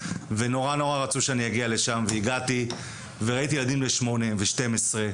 ראיתי ילדים בני שמונה ושתים עשרה